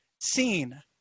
seen